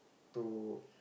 to